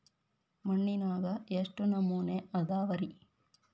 ಮಣ್ಣಿನಾಗ ಎಷ್ಟು ನಮೂನೆ ಅದಾವ ರಿ?